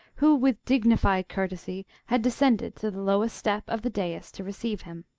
who, with dignified courtesy, had descended to the lowest step of the dais to receive him.